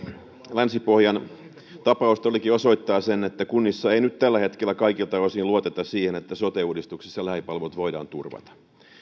länsi pohjan tapaus todellakin osoittaa sen että kunnissa ei nyt tällä hetkellä kaikilta osin luoteta siihen että sote uudistuksessa lähipalvelut voidaan turvata